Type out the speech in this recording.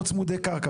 לא צמודי קרקע,